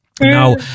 Now